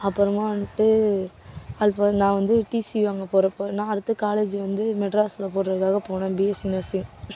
அப்புறமா வந்துவிட்டு all pass நான் வந்து டிசி வாங்க போகிறப்ப நான் அடுத்து காலேஜ் வந்து மெட்ராஸில் போடுறதுக்காக போனேன் பிஎஸ்சி நர்சிங்